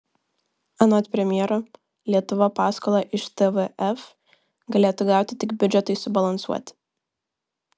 anot premjero lietuva paskolą iš tvf galėtų gauti tik biudžetui subalansuoti